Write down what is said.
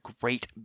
great